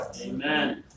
Amen